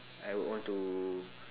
I would want to